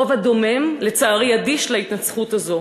הרוב הדומם, לצערי אדיש להתעסקות הזאת.